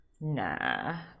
Nah